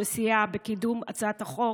שסייע בקידום הצעת החוק,